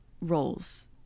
roles